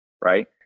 right